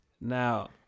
Now